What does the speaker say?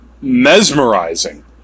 mesmerizing